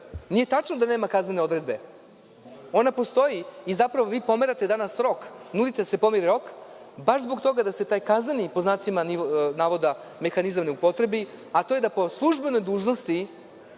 Nije tačno da nema kaznene odredbe. Ona postoji i vi zapravo pomerate danas rok, nudite da se pomeri rok, baš zbog toga da se taj „kazneni mehanizam“ ne upotrebi, a to je da po službenoj dužnosti